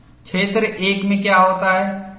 क्षेत्र 1 में क्या होता है